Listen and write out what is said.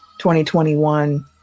2021